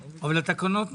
אבל התקנות מוכנות,